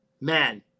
Man